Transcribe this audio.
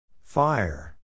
Fire